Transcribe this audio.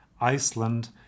Iceland